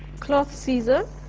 cloth scissor,